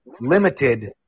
limited